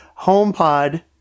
HomePod